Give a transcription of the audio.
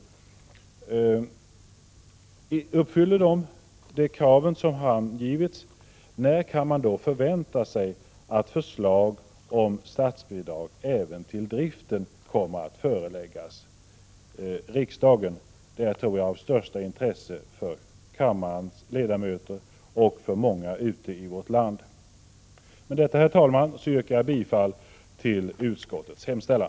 Om dessa krav uppfylls, när kan man då förvänta sig att förslag om statsbidrag även till driften kommer att föreläggas riksdagen? Svaret på den frågan tror jag är av största intresse för kammarens ledamöter och för många människor ute i vårt land. Med detta, herr talman, yrkar jag bifall till utskottets hemställan.